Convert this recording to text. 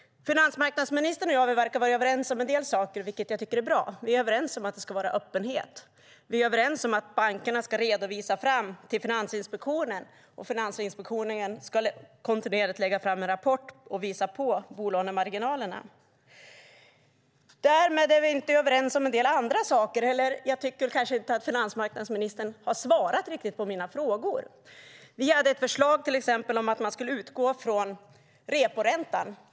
Finansmarknadsministern och jag verkar vara överens om en del saker, vilket jag tycker är bra. Därmed är vi inte överens om en del andra saker. Jag tycker inte att finansmarknadsministern har svarat på mina frågor.